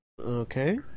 Okay